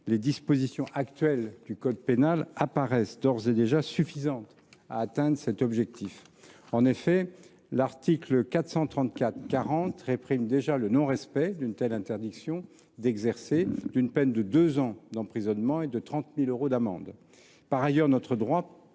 les dispositions actuelles du code pénal apparaissent d’ores et déjà suffisantes pour satisfaire à cet objectif. En effet, l’article 434 40 réprime déjà le non respect d’une telle interdiction d’exercer d’une peine de deux ans d’emprisonnement et de 30 000 euros d’amende. Par ailleurs, l’article